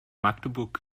magdeburg